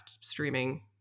streaming